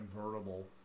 convertible